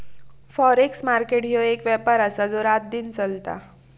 forex market ह्यो एक व्यापार आसा जो रातदिन चलता